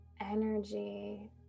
energy